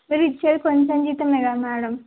మీరు ఇచ్చేది కొంచెం జీతం కదా మేడం